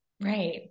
Right